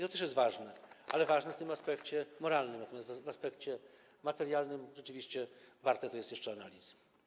To też jest ważne, ale ważne jest w tym aspekcie moralnym, natomiast w aspekcie materialnym rzeczywiście warte to jest jeszcze analizy.